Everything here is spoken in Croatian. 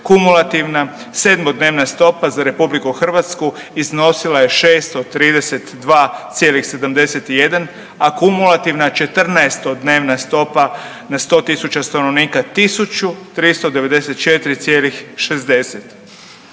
kumulativna sedmodnevna stopa za RH iznosila je 632,71 a kumulativna 14-todnevna stopa na 100.000 stanovnika 1394,60.